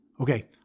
Okay